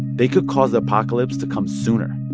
they could cause the apocalypse to come sooner.